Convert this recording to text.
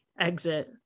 exit